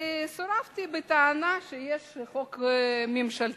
וסורבתי בטענה שיש חוק ממשלתי.